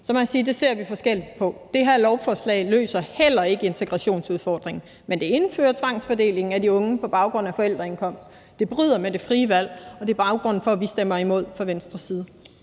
det ser vi forskelligt på. Det her lovforslag løser heller ikke integrationsudfordringen, men det indfører tvangsfordeling af de unge på baggrund af forældreindkomst. Det bryder med det frie valg, og det er baggrunden for, at vi stemmer imod fra Venstres side.